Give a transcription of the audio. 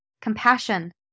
compassion